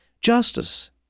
justice